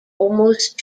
almost